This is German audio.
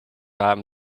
haben